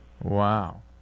Wow